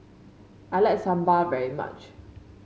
I like Sambar very much